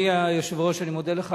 אדוני היושב-ראש, אני מודה לך.